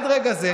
למה אתה מציע,